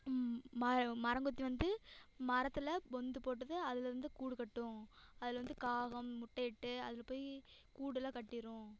ம மரங்கொத்தி வந்து மரத்தில் பொந்து போட்டுது அதுலிருந்து கூடு கட்டும் அதில் வந்து காகம் முட்டையிட்டு அதில் போய் கூடுலாம் கட்டிடும்